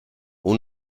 will